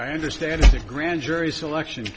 try understand the grand jury selection